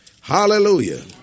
Hallelujah